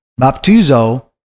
baptizo